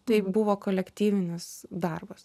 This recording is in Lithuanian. tai buvo kolektyvinis darbas